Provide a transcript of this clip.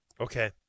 Okay